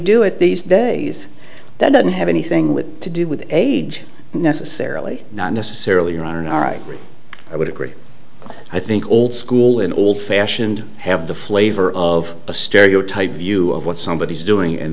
do it these days that doesn't have anything with to do with age necessarily not necessarily you're on our right i would agree but i think old school and old fashioned have the flavor of a stereotype view of what somebody is doing and